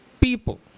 people